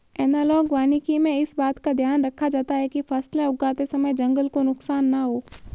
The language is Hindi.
एनालॉग वानिकी में इस बात का ध्यान रखा जाता है कि फसलें उगाते समय जंगल को नुकसान ना हो